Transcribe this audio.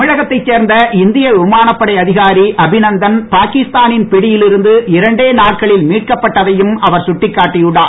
தமிழகத்தைச் சேர்ந்த இந்திய விமானப்படை அதிகாரி அபிநந்தன் பாகிஸ்தானின் பிடியில் இருந்து இரண்டே நாட்களில் மீட்கப்பட்டதையும் அவர் சுட்டிக்காட்டினார்